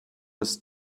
was